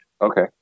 Okay